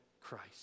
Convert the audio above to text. Christ